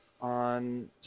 on